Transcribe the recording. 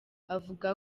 avuga